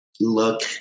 look